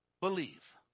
believe